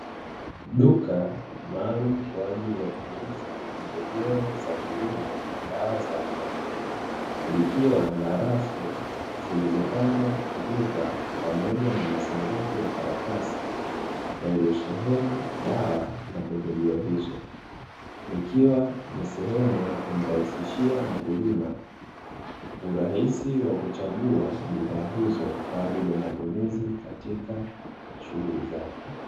Duka maalum kwa ajili ya kuuza pembejeo za kilimo na dawa za wanyama, likiwa na rafu zilizopangwa vyupa pamoja na masanduku ya karatasi, yaliyosheheni dawa na pembejeo hizo. Ikiwa ni sehemu ya kumrahisishia mkulima urahisi wa kuchagua bidhaa hizo kwa ajili ya matumizi katika shughuli zake.